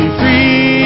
free